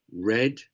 red